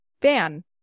Ban